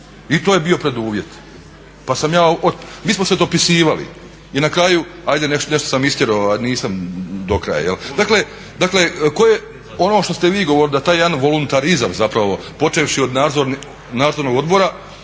I to je bio preduvjet. Pa sam ja, mi smo se dopisivali i na kraju ajde nešto sam istjerao, a nisam do kraja. Dakle, ono što ste vi govorili da taj jedan voluntarizam zapravo, počevši od Nadzornog odbora,